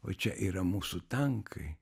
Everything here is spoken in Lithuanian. vo čia yra mūsų tankai